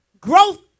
Growth